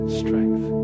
strength